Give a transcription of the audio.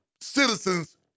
citizens